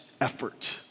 effort